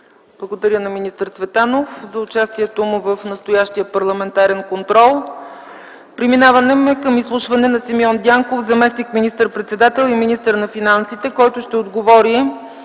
Благодаря на министър Цветанов за участието му в настоящия парламентарен контрол. Преминаваме към изслушване на Симеон Дянков – заместник министър-председател и министър на финансите, който ще отговори